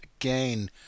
again